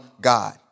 God